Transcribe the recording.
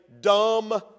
dumb